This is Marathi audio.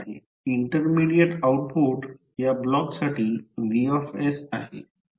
इंटरमीडिएट आउटपुट या ब्लॉक साठी V आहे